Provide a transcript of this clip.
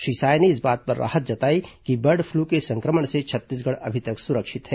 श्री साय ने इस बात पर राहत जताई कि बर्ड फ्लू के संक्रमण से छत्तीसगढ़ अभी तक सुरक्षित है